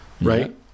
right